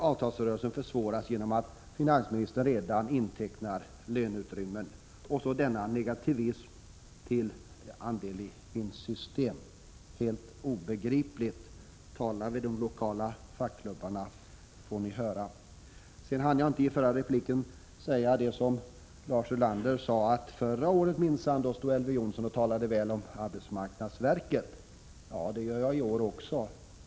Avtalsrörelsen försvåras genom att finansministern redan intecknar löneutrymme. Och så denna negativism till andel-i-vinst-system. Det är helt obegripligt — tala med de lokala fackklubbarna, så får ni höra. Jag hann inte i min förra replik säga det som Lars Ulander sedan anförde. Han framhöll att Elver Jonsson förra året minsann stod och talade väl om arbetsmarknadsverket. Det gör jag i år också.